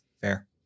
Fair